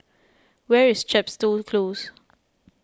where is Chepstow Close